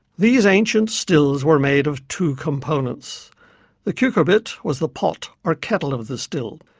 these ancient stills were made of two components the cucurbit was the pot or kettle of the still,